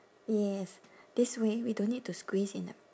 yes this way we don't need to squeeze in the